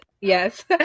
Yes